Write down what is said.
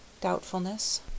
Doubtfulness